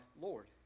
Lord